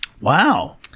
Wow